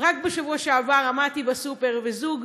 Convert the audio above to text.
רק בשבוע שעבר עמדתי בסופר, וזוג